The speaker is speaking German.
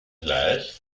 gleich